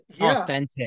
authentic